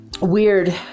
weird